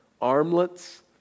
armlets